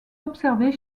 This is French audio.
observés